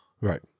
right